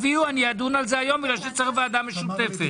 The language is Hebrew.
אדון על זה היום כי צריך ועדה משותפת.